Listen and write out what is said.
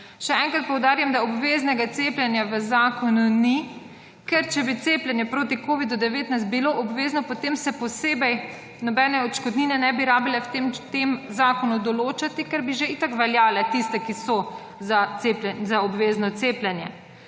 Še enkrat poudarjam, da obveznega cepljenja v zakonu ni, ker če bi cepljenje proti covidu-19 bilo obvezno, potem se posebej nobene odškodnine ne bi rabile v tem zakonu določati, ker bi že itak veljale tiste, ki so za cepljenje,